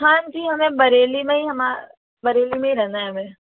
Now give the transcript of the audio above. हाँ जी हमें बरेली में ही हमा बरेली में ही रहना है हमें